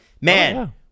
man